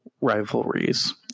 rivalries